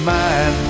man